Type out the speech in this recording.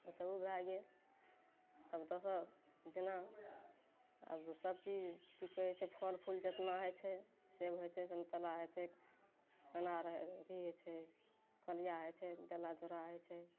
उ तऽ उ भए गेल आब देखक जेना आब जे सब चीज की कहय छै फल फूल जेतना होइ छै सेब होइ छै सन्तोला होइ छै अनार होइ अथी होइ छै डलिया होइ छै डाला दौड़ा होइ छै